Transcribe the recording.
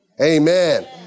Amen